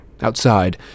Outside